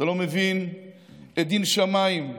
אתה לא מבין את דין שמיים.